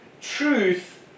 truth